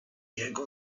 jego